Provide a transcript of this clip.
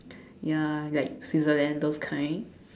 ya like Switzerland those kind